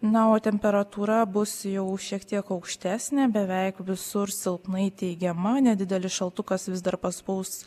na o temperatūra bus jau šiek tiek aukštesnė beveik visur silpnai teigiama nedidelis šaltukas vis dar paspaus